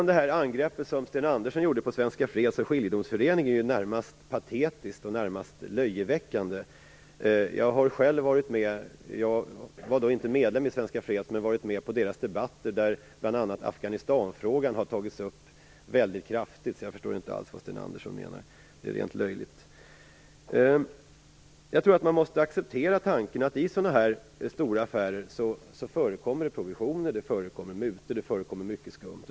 Det angrepp som Sten Andersson gjorde på Svenska freds och skiljedomsföreningen är närmast patetiskt och löjeväckande. Jag har själv varit med på deras debatter - jag var då inte medlem i Svenska Freds - där bl.a. Afghanistanfrågan har tagits upp väldigt mycket. Jag förstår inte alls vad Sten Andersson menar. Det är rent löjligt. Jag tror att man måste acceptera tanken att det i sådana här stora affärer förekommer provisioner, mutor och mycket skumt.